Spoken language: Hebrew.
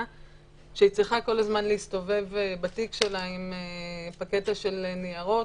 שהיא צריכה כל הזמן להסתובב בתיק שלה עם פקטה של ניירות,